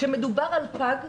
כשמדובר על פג,